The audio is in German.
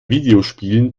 videospielen